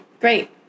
Great